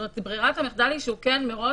כלומר ברירת המחדל היא שהוא כן מראש,